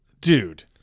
Dude